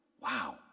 Wow